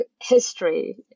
history